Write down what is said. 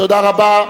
תודה רבה.